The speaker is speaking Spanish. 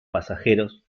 pasajeros